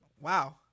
Wow